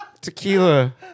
Tequila